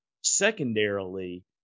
secondarily